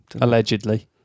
Allegedly